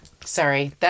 Sorry